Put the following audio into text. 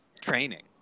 training